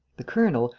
the colonel,